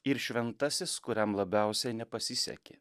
ir šventasis kuriam labiausiai nepasisekė